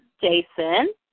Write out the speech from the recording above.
Jason